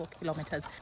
kilometers